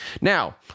Now